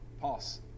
pass